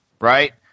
Right